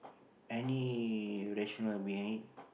any rationale behind it